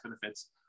benefits